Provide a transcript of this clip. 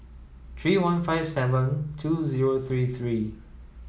three one five seven two zero three three